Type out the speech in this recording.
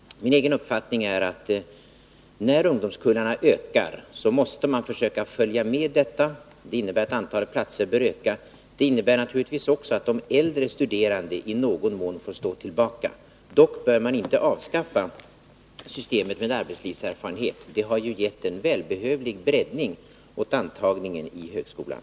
Min egen uppfattning är att när ungdomskullarna ökar måste utbildningen försöka följa med. Det innebär att antalet platser bör öka. Det innebär naturligtvis också att de äldre studerande i någon mån får stå tillbaka. Dock bör man inte avskaffa systemet med arbetslivserfarenhet. Det har gett en välbehövlig breddning åt antagningen till högskolan.